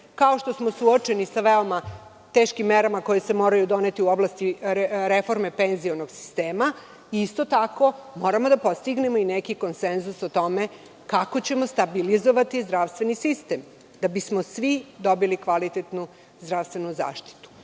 kao što smo suočeni sa veoma teškim merama koje se moraju doneti u oblasti reforme penzionog sistema, isto tako moramo da postignemo neki konsenzus o tome kako ćemo stabilizovati zdravstveni sistem da bismo svi dobili zdravstvenu zaštitu.